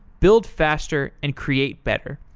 build faster and create better.